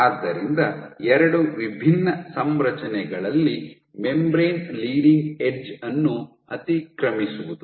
ಆದ್ದರಿಂದ ಎರಡು ವಿಭಿನ್ನ ಸಂರಚನೆಗಳಲ್ಲಿ ಮೆಂಬರೇನ್ ಲೀಡಿಂಗ್ ಎಡ್ಜ್ ಅನ್ನು ಅತಿಕ್ರಮಿಸುವುದು